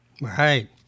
right